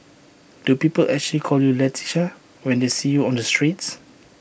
do people actually call you Leticia when they see you on the streets